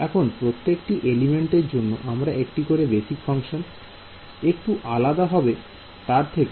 এখন প্রত্যেকটি এলিমেন্ট এর জন্য আমরা একটি করে বেসিক ফাংশন একটু আলাদা হবে তার থেকে যা আমরা এতক্ষন দেখে এসেছি